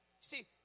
see